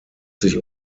sich